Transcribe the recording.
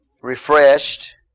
refreshed